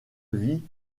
vie